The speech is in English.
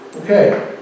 Okay